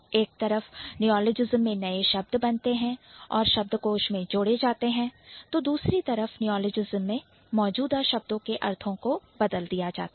एक तरफ नियॉलजिस्म में नए शब्द बनते हैं और शब्दकोश में जोड़े जाते हैं तो दूसरी तरफ नियॉलजिस्म में मौजूदा शब्दों के अर्थ भी बदले जाते हैं